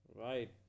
right